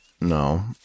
No